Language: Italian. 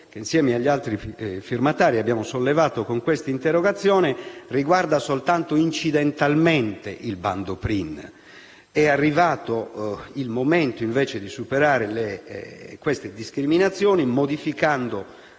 che insieme agli altri firmatari abbiamo sollevato con questa interrogazione riguarda soltanto incidentalmente il bando PRIN. È arrivato il momento di superare queste discriminazioni, modificando